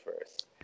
first